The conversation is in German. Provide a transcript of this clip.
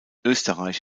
österreich